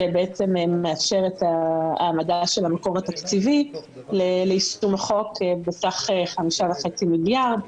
שמאפשר את ההעמדה של המקור התקציבי ליישום החוק בסך 5.5 מיליארד.